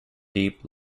deep